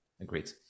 agreed